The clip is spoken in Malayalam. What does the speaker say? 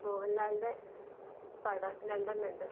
മോഹൻലാലിൻ്റെ പടം രണ്ടെണ്ണമുണ്ട്